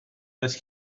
does